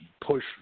push